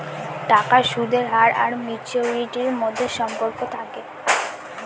টাকার সুদের হার আর ম্যাচুরিটির মধ্যে সম্পর্ক থাকে